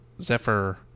Zephyr